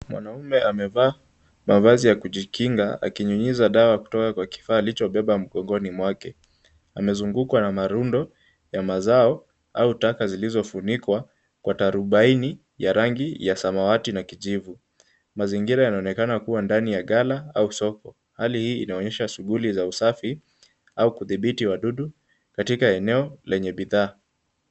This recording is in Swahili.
Mwanaume amevaa mavazi ya kujikinga akinyunyiza dawa kutoka kwa kifaa alichobeba mgongoni mwake. Amezungukwa na marundo ya mazao au taka zilizofunikwa kwa turubaini ya rangi ya samawati na kijivu. Mazingira yanaonekana kuwa ndani ya ghala au soko. Hali hii inaonyesha shughuli za usafi au kudhibiti wadudu katika eneo lenye bidhaa.